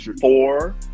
four